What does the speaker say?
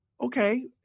Okay